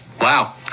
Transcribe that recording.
Wow